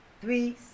Three